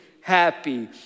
happy